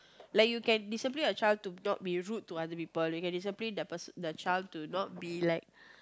like you can discipline your child to not be rude to other people you can discipline the person the child to not be like